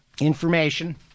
information